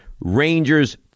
Rangers